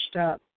up